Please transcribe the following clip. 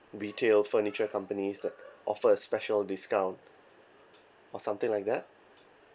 retail furniture companies that offer a special discount or something like that